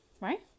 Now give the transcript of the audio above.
Right